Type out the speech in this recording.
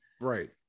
right